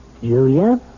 Julia